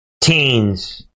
Teens